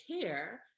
care